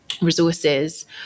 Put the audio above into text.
resources